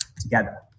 together